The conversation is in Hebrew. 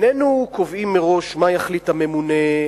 איננו קובעים מראש מה יחליט הממונה,